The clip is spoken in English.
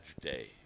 day